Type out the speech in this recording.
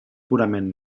purament